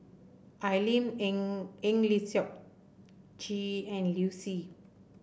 Al Lim Eng Eng Lee Seok Chee and Liu Si